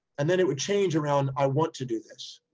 and then it would change around, i want to do this,